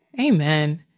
Amen